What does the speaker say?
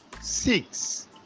Six